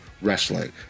wrestling